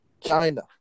China